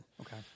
Okay